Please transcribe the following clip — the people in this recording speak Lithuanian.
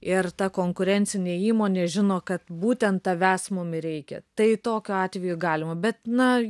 ir ta konkurencinė įmonė žino kad būtent tavęs mum ir reikia tai tokiu atveju galima bet na